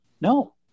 no